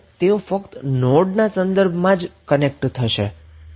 તેઓ ફક્ત તેમના નોડના સંદર્ભમાં જ કનેક્ટ થશે